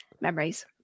memories